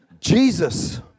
Jesus